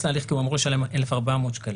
להליך כי הוא אמור לשלם 1,400 שקלים,